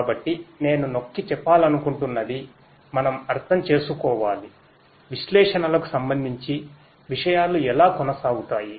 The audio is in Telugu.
కాబట్టి నేను నొక్కిచెప్పాలనుకుంటున్నది మనం అర్థం చేసుకోవాలివిశ్లేషణలకు సంబంధించి విషయాలు ఎలా కొన సాగుతాయి